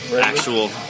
actual